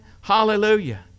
Hallelujah